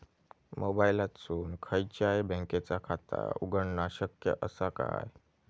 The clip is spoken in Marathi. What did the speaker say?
मोबाईलातसून खयच्याई बँकेचा खाता उघडणा शक्य असा काय?